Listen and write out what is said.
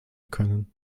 können